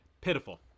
Pitiful